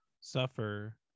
suffer